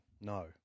No